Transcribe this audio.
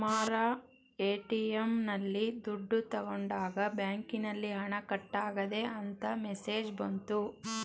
Kumara ATM ನಲ್ಲಿ ದುಡ್ಡು ತಗೊಂಡಾಗ ಬ್ಯಾಂಕಿನಲ್ಲಿ ಹಣ ಕಟ್ಟಾಗಿದೆ ಅಂತ ಮೆಸೇಜ್ ಬಂತು